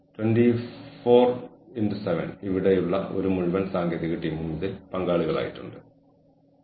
ഓർഗനൈസേഷനിലെ വ്യക്തികൾക്ക് ആവശ്യമായ കഴിവുകൾ ഉണ്ടെന്ന് ഉറപ്പാക്കാൻ ശ്രമിക്കുന്ന പരിശീലനവും തിരഞ്ഞെടുപ്പും പോലുള്ള പ്രവർത്തനങ്ങളെ ഇത് സൂചിപ്പിക്കുന്നു